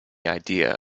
idea